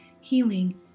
healing